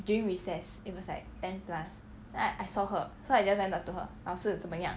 during recess it was like ten plus then I saw her so I just went up to her 老师怎么样